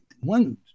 one